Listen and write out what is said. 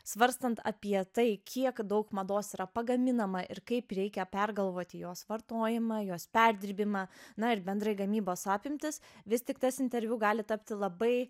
svarstant apie tai kiek daug mados yra pagaminama ir kaip reikia pergalvoti jos vartojimą jos perdirbimą na ir bendrai gamybos apimtis vis tik tas interviu gali tapti labai